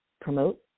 promote